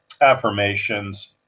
affirmations